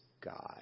God